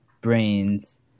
brains